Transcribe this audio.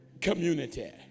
community